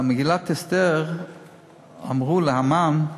במגילת אסתר אמרו להמן: